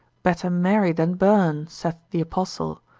better marry than burn, saith the apostle,